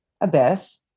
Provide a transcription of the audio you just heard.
abyss